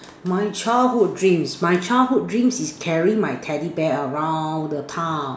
my childhood dreams my childhood dream is carry my teddy bear around the town